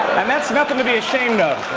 and that's nothing to be ashamed of.